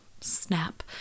snap